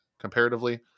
comparatively